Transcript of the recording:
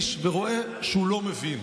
ורואה שהוא לא מבין.